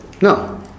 No